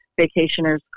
vacationers